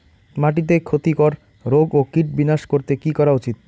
মাটিতে ক্ষতি কর রোগ ও কীট বিনাশ করতে কি করা উচিৎ?